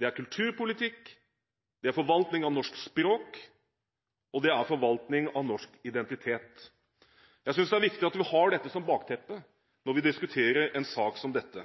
Det er kulturpolitikk, det er forvaltning av norsk språk, og det er forvaltning av norsk identitet. Jeg synes det er viktig at vi har dette som bakteppe når vi diskuterer en sak som dette.